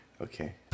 Okay